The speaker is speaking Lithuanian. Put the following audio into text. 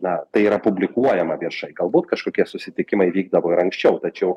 na tai yra publikuojama viešai galbūt kažkokie susitikimai vykdavo ir anksčiau tačiau